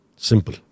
Simple